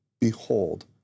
behold